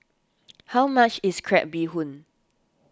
how much is Crab Bee Hoon